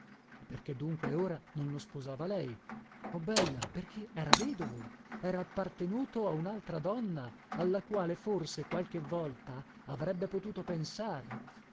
perché dunque ora non lo sposava lei oh bella perché era vedovo era appartenuto a unaltra donna alla quale forse qualche volta avrebbe potuto pensare